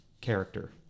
character